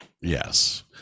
Yes